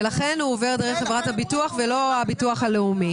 ולכן הוא עובר דרך חברת הביטוח ולא דרך הביטוח הלאומי.